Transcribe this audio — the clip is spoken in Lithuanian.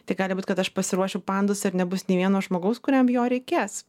tai gali būt kad aš pasiruošiu pandusą ir nebus nei vieno žmogaus kuriam jo reikės